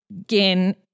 again